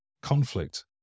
conflict